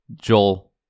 Joel